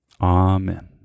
Amen